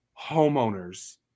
homeowners